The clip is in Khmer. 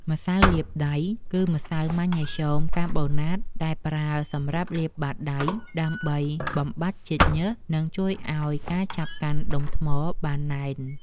ម្សៅលាបដៃ គឺជាម្សៅម៉ាញ៉េស្យូមកាបូណាតដែលប្រើសម្រាប់លាបបាតដៃ ដើម្បីបំបាត់ជាតិញើស និងជួយឱ្យការចាប់កាន់ដុំថ្មបានណែន។